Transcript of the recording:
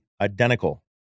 identical